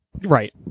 right